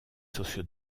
sociaux